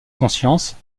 conscience